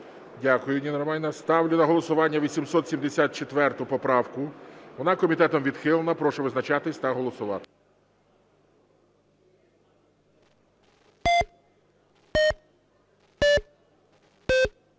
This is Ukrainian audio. Дякую, Ніна Романівна. Ставлю на голосування 874 поправку. Вона комітетом відхилена. Прошу визначатися та голосувати.